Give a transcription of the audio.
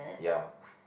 yup